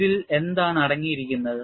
ഇതിൽ എന്താണ് അടങ്ങിയിരിക്കുന്നത്